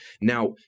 Now